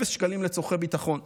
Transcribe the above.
אפס שקלים לצורכי ביטחון.